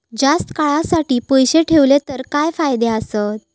जास्त काळासाठी पैसे ठेवले तर काय फायदे आसत?